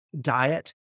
diet